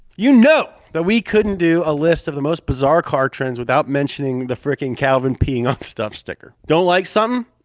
you know that we couldn't do a list of the most bizarre car trends without mentioning the fricking calvin peeing on stuff sticker. don't like something?